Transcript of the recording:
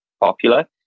popular